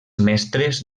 mestres